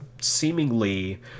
seemingly